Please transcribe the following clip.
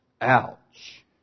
Ouch